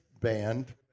band